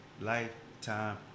lifetime